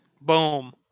Boom